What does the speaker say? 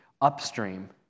upstream